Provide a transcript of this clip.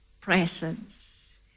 presence